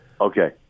Okay